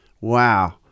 Wow